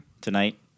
Tonight